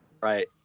Right